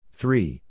three